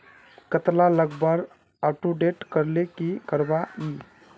कतला लगवार अपटूडेट करले की करवा ई?